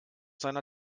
seiner